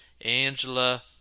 Angela